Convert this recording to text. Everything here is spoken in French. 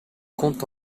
compte